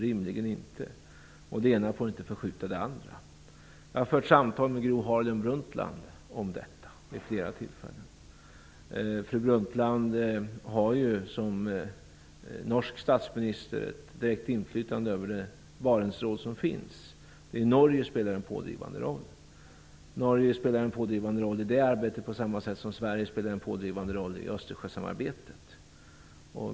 Det ena får inte förskjuta det andra. Jag har vid flera tillfällen fört samtal med Gro Harlem Brundtland om detta. Fru Brundtland har som norsk statsminister ett direkt inflytande över det Barentsråd som finns i dag, och där Norge spelar en pådrivande roll. Norge spelar en pådrivande roll i det arbetet, på samma sätt som Sverige spelar en pådrivande roll i Östersjösamarbetet.